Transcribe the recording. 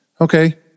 Okay